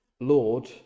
Lord